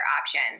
option